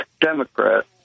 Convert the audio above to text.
Democrat